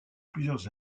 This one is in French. plusieurs